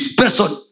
person